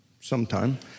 sometime